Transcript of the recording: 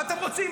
מה אתם רוצים?